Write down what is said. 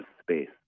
space